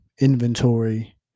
inventory